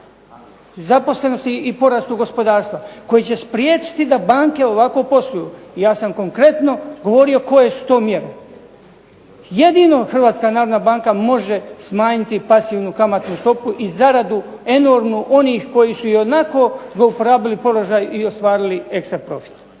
zaposlenosti i porastu gospodarstva, koji će spriječiti da banke ovako posluju, ja sam konkretno govorio koje su to mjere. Jedino Hrvatska narodna banka može smanjiti pasivnu kamatnu stopu i zaradu onih koji su ionako zlouporabili položaj ili ostvarili ekstra profit.